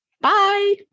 Bye